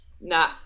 Nah